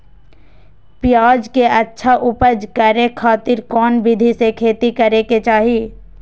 प्याज के अच्छा उपज करे खातिर कौन विधि से खेती करे के चाही?